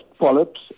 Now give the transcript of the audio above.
polyps